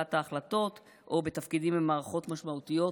קבלת ההחלטות או בתפקידים עם מערכות משמעותיות